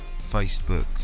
Facebook